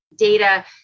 data